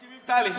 אני מסכים עם טלי.